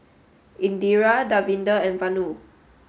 Indira Davinder and Vanu